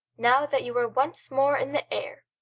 now that you are once more in the air,